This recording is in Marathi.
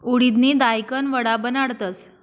उडिदनी दायकन वडा बनाडतस